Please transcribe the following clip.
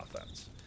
offense